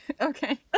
okay